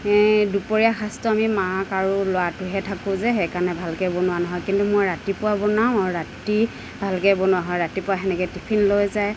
এই দুপৰীয়া সাজটো আমি মাক আৰু ল'ৰাটোহে থাকো যে সেইকাৰণে ভালকৈ বনোৱা নহয় কিন্তু মই ৰাতিপুৱা বনাওঁ আৰু ৰাতি ভালকৈ বনোৱা হয় ৰাতিপুৱা সেনেকৈয়ে টিফিন লৈ যায়